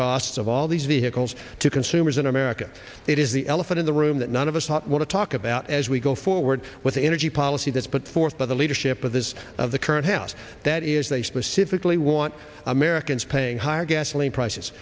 cost of all these vehicles to consumers in america it is the elephant in the room that none of us ought to talk about as we go forward with an energy policy that's put forth by the leadership of this of the current house that is they specifically want americans paying higher gasoline prices